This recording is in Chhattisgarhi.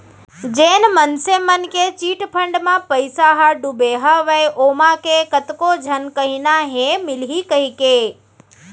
जेन मनसे मन के चिटफंड म पइसा ह डुबे हवय ओमा के कतको झन कहिना हे मिलही कहिके